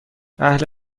اهل